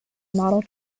model